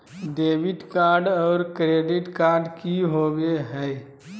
Debit card और credit card की होवे हय?